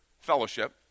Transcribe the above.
fellowship